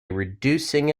reducing